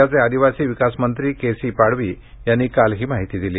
राज्याचे आदिवासी विकासमंत्री के सी पडवी यांनी काल ही माहिती दिली